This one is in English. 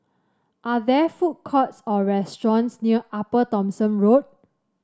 are there food courts or restaurants near Upper Thomson Road